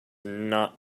not